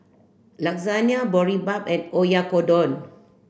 Lasagne Boribap and Oyakodon